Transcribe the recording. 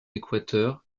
équateur